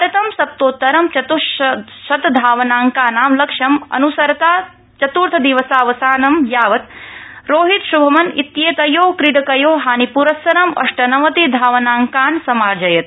भारतं सप्तोत्तरं चतुशत धावनाकांनां लक्ष्यं अनुसरता चतुर्थ दिवसावसानं यावत् रोहित शुभमन् इत्येतयो क्रीडकयो हानिपुरस्सरं अष्टनवति धावनांकान् समार्जयत्